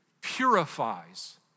purifies